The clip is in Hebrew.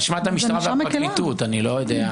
נשמע את המשטרה והפרקליטות, אני לא יודע.